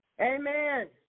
Amen